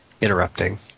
interrupting